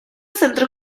centro